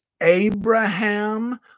Abraham